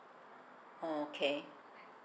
okay